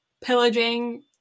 pillaging